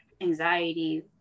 anxiety